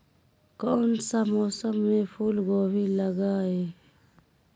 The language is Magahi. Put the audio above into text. कौन सा मौसम में फूलगोभी लगाए?